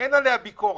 ואין עליה ביקורת.